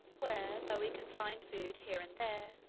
where, though he can find food here and there,